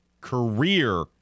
career